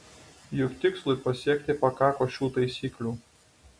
juk tikslui pasiekti pakako šių taisyklių